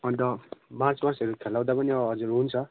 अन्त मार्चपास्टहरू खेलाउँदा पनि हजुर हुन्छ